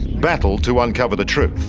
battled to uncover the truth.